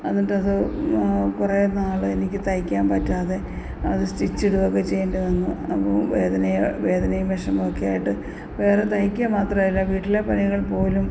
എന്നിട്ടത് കുറേ നാള് എനിക്ക് തയ്ക്കാൻ പറ്റാതെ അത് സ്റ്റിച്ചിടുകയൊക്കെ ചെയ്യേണ്ടി വന്നു അപ്പോള് വേദന വേദനയും വിഷമവുമൊക്കെ ആയിട്ട് വേറെ തയ്ക്കുക മാത്രമല്ല വീട്ടിലെ പണികൾ പോലും